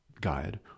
guide